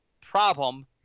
Problem